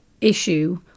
issue